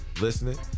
listening